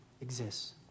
exists